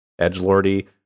edgelordy